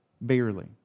barely